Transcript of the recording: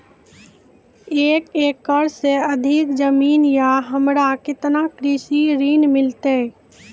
एक एकरऽ से अधिक जमीन या हमरा केतना कृषि ऋण मिलते?